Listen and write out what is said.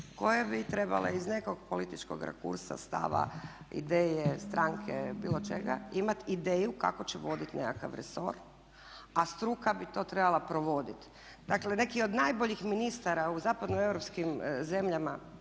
koje bi trebale iz nekog političkog rakursa, stava, ideje, stranke bilo čega imat ideju kako će voditi nekakav resor a struka bi to trebala provoditi. Dakle neki od najboljih ministara u zapadno europskim zemljama